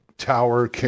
tower